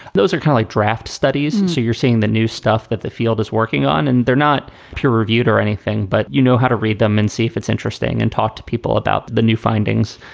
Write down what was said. those are kind of of draft studies. and so you're seeing the new stuff that the field is working on and they're not peer reviewed or anything, but you know how to read them and see if it's interesting and talk to people about the new findings.